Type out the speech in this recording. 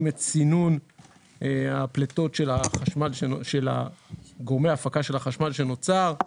את סינון הפליטות של גורמי ההפקה של החשמל שנוצר,